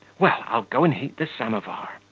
well, i'll go and heat the samovar.